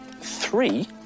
Three